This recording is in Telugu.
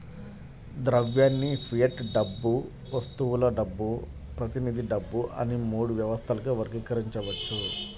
ద్రవ్యాన్ని ఫియట్ డబ్బు, వస్తువుల డబ్బు, ప్రతినిధి డబ్బు అని మూడు వ్యవస్థలుగా వర్గీకరించవచ్చు